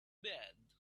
bad